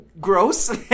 Gross